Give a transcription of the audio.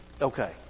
Okay